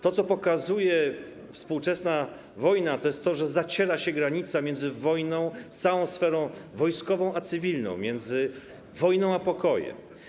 To, co pokazuje współczesna wojna, to jest to, że zaciera się granica między całą sferą wojskową a cywilną, między wojną a pokojem.